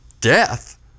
death